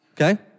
Okay